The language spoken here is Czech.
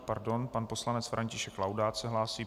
Pardon, pan poslanec František Laudát se hlásí.